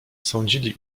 sądzili